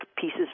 pieces